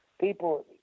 people